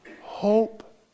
hope